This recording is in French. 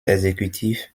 exécutif